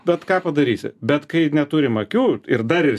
bet ką padarysi bet kai neturim akių ir dar ir